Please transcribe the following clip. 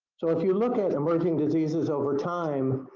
so if you look at emerging diseases over time,